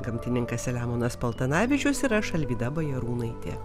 gamtininkas selemonas paltanavičius ir aš alvyda bajarūnaitė